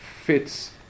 fits